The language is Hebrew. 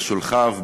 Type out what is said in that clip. בשולחיו ובארגוניו.